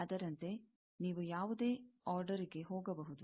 ಅದರಂತೆ ನೀವು ಯಾವುದೇ ಆರ್ಡರ್ ಗೆ ಹೋಗಬಹುದು